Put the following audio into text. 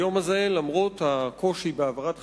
היום הזה, למרות הקושי בהעברת חקיקה,